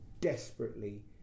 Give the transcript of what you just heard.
desperately